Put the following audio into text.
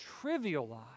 trivialize